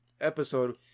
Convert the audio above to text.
episode